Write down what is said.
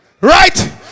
Right